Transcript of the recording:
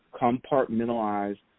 compartmentalized